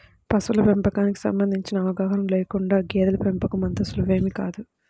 పశువుల పెంపకానికి సంబంధించిన అవగాహన లేకుండా గేదెల పెంపకం అంత సులువేమీ కాదు